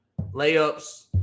layups